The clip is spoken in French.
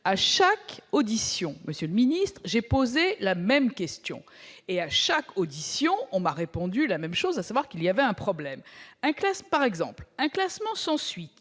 À chaque audition, monsieur le ministre, j'ai posé la même question et chaque fois on m'a répondu la même chose, à savoir qu'il y avait un problème. Par exemple, un classement sans suite